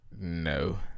No